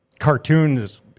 cartoons